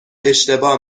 اشتباه